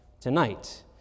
tonight